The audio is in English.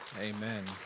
Amen